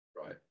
Right